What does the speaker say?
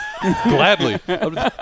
Gladly